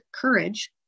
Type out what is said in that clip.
courage